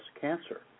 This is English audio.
cancer